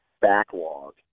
backlog